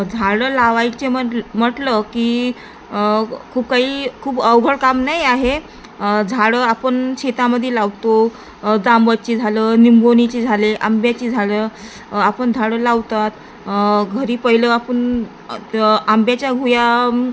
झाडं लावायचे मट म्हटलं की खूप काही खूप अवघड काम नाही आहे झाडं आपण शेतामध्ये लावतो जांभळाची झालं निंबोनीचे झाले आंब्याची झाडं आपण झाडं लावतात घरी पहिलं आपण आंब्याच्या घुयाम